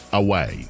away